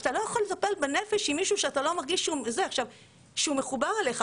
אתה לא יכול לטפל בנפש עם מישהו שאתה לא מרגיש שהוא מחובר אליך.